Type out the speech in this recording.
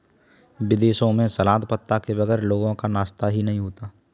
विदेशों में सलाद पत्ता के बगैर लोगों का नाश्ता ही नहीं होता